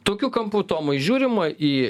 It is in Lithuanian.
tokiu kampu tomai žiūrima į